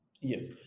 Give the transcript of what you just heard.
Yes